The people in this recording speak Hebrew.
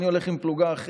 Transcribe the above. אמרת דבר תורה.